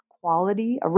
quality